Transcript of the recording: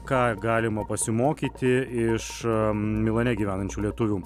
ką galima pasimokyti iš milane gyvenančių lietuvių